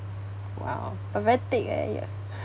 !wow! but very thick leh